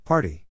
Party